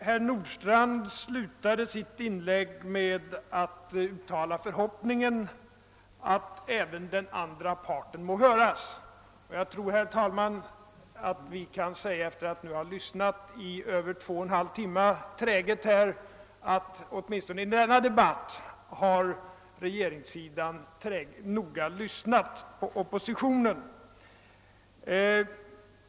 Herr Nordstrandh slutade sitt inlägg med att uttala förhoppningen att även den andra parten må höras. Efter att nu träget ha lyssnat i över två och en halv timme kan jag väl säga att regeringssidan åtminstone i denna debatt har lyssnat på oppositionen.